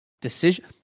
decision